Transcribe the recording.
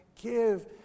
give